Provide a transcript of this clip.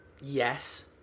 Yes